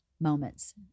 moments